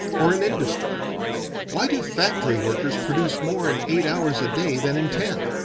or in industry why do factory workers produce more in eight hours a day than in ten?